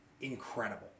incredible